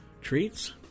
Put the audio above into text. treats